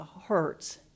hurts